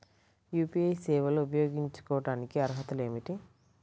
UPI సేవలు ఉపయోగించుకోటానికి అర్హతలు ఏమిటీ?